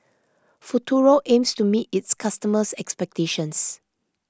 Futuro aims to meet its customers' expectations